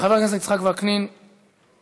חבר הכנסת יצחק וקנין, בבקשה,